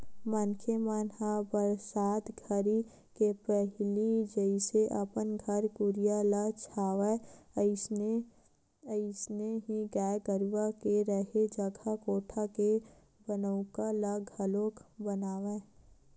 मनखे मन ह बरसात घरी के पहिली जइसे अपन घर कुरिया ल छावय अइसने ही गाय गरूवा के रेहे जघा कोठा के बनउका ल घलोक बनावय